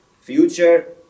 future